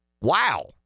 Wow